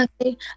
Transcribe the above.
Okay